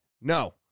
No